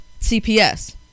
CPS